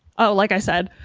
ah like i said,